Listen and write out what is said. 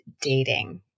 dating